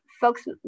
folks